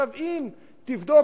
אם תבדוק,